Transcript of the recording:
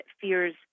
fears